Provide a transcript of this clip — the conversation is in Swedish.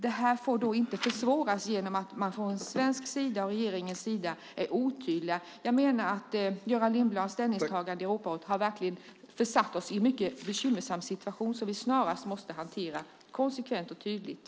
Det får inte försvåras genom att regeringen är otydlig. Jag menar att Göran Lindblads ställningstagande i Europarådet har försatt oss i en mycket bekymmersam situation som vi snarast måste hantera konsekvent och tydligt.